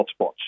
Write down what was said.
hotspots